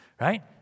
right